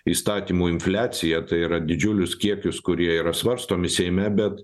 įstatymų infliaciją tai yra didžiulius kiekius kurie yra svarstomi seime bet